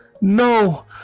No